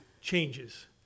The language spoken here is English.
changes